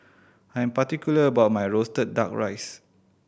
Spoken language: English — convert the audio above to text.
I am particular about my roasted Duck Rice